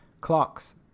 clocks